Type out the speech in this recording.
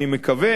אני מקווה,